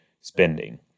spending